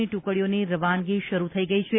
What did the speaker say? ની ટ્રકડીઓની રવાનગી શરૂ થઇ ગઇ છે